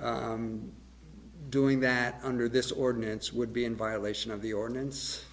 was doing that under this ordinance would be in violation of the ordinance